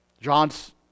John's